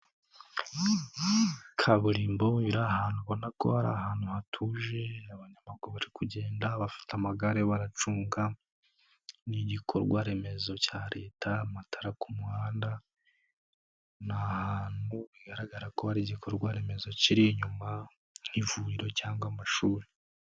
Kaburimbo iri ahantu ubona ko ari ahantu hatuje, abanyamaguru bari kugenda, bafite amagare baracunga n'igikorwa remezo cya Leta, amatara ku muhanda, ni ahantu bigaragara ko hari igikorwa remezo kiri inyuma nk'ivuriro cyangwa amashuri.